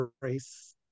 race